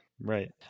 right